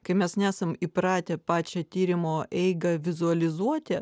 kai mes nesam įpratę pačią tyrimo eigą vizualizuoti